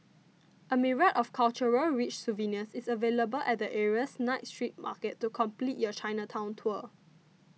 a myriad of cultural rich souvenirs is available at the area's night street market to complete your Chinatown tour